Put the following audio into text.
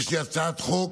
יש לי הצעת חוק